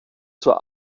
zur